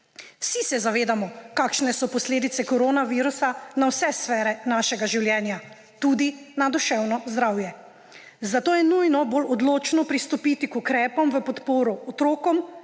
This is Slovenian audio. Vsi se zavedamo, kakšne so posledice koronavirusa na vse sfere našega življenja, tudi na duševne zdravje. Zato je nujno bolj odločno pristopiti k ukrepom v podporo otrokom